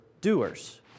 doers